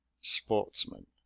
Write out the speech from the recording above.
Sportsman